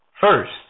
First